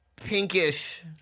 Pinkish